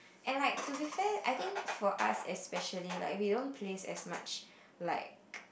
and like to be fair I think for us especially like we don't place as much like